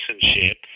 citizenship